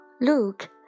look